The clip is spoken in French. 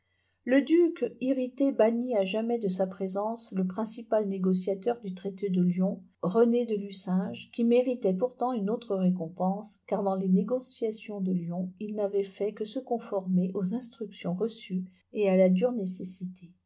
le duc irrité bannit à jamais de sa présence le principal négociateur du traité de lyon réné de lucinge qui méritait pourtant une autre récompense car dans les négociations de lyon il n'avait fait que se conformer aux instructions reçues et à la dure nécessité